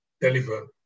deliver